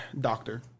doctor